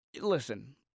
listen